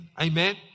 Amen